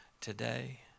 today